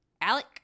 Alec